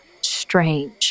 strange